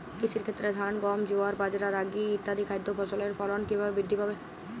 কৃষির ক্ষেত্রে ধান গম জোয়ার বাজরা রাগি ইত্যাদি খাদ্য ফসলের ফলন কীভাবে বৃদ্ধি পাবে?